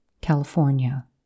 California